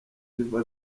ziva